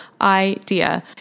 idea